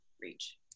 reach